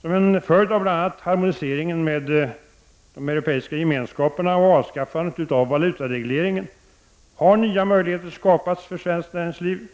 Som en följd av bl.a. harmoniseringen med EG och avskaffandet av valutaregleringen har nya möjligheter skapats för svenskt näringsliv,